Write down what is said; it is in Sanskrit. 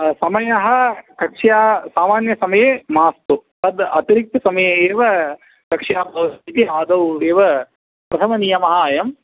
समयः कक्षा सामान्यसमये मास्तु तद् अतिरिक्तसमये एव कक्षा भवति इति आदौ एव प्रथमः नियमः अयम्